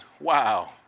wow